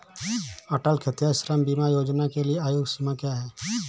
अटल खेतिहर श्रम बीमा योजना के लिए आयु सीमा क्या है?